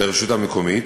לרשות המקומית.